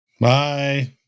bye